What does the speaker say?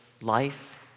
life